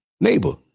neighbor